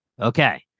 Okay